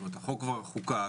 החוק כבר נחקק